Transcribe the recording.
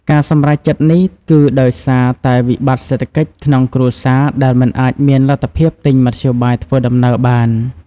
ការសម្រេចចិត្តនេះគឺដោយសារតែវិបត្តិសេដ្ឋកិច្ចក្នុងគ្រួសារដែលមិនអាចមានលទ្ធភាពទិញមធ្យោបាយធ្វើដំណើរបាន។